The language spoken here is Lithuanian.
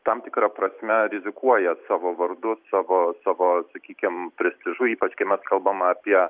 tam tikra prasme rizikuoja savo vardu savo savo sakykim prestižu ypač kai mes kalbam apie